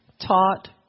taught